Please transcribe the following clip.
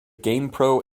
gamepro